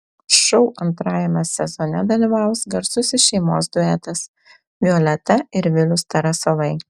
šou antrajame sezone dalyvaus garsusis šeimos duetas violeta ir vilius tarasovai